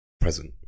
present